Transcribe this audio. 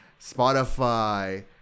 Spotify